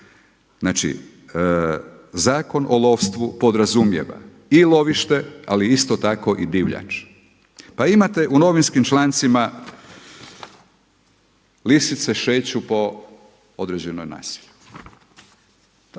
Znači Zakon o lovstvu podrazumijeva i lovište, ali isto tako i divljač. Pa imate u novinskim člancima lisice šeću po određenom naselju.